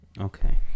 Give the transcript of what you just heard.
Okay